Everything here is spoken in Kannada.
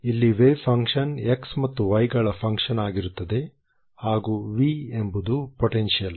ಇಲ್ಲಿ ವೇವ್ ಫಂಕ್ಷನ್ x ಮತ್ತು y ಗಳ ಫಂಕ್ಷನ್ ಆಗಿರುತ್ತದೆ ಹಾಗೂ V ಎಂಬುದು ಪೊಟೆನ್ಷಿಯಲ್